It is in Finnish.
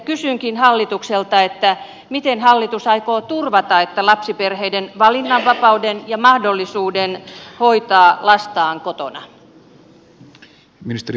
kysynkin hallitukselta miten hallitus aikoo turvata lapsiperheiden valinnanvapauden ja mahdollisuuden hoitaa lastaan kotona